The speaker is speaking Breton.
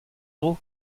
dro